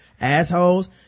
assholes